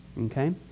Okay